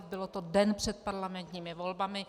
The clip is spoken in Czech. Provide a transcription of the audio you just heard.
Bylo to den před parlamentními volbami.